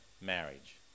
marriage